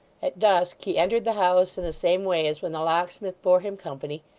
at dusk, he entered the house in the same way as when the locksmith bore him company,